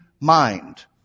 mind